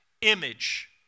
image